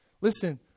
Listen